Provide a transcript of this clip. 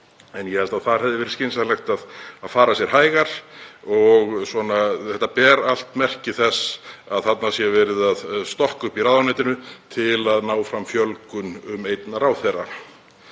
Ég held að þar hefði verið skynsamlegt að fara sér hægar og þetta ber allt merki þess að þarna sé verið að stokka upp í ráðuneytinu til að ná fram fjölgun um einn ráðherra.